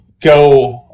go